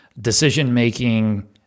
decision-making